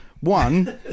One